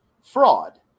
fraud